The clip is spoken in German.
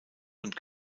und